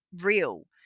real